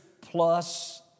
plus